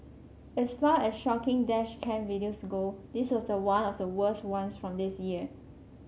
as far as shocking dash cam videos go this was one of the worst ones from this year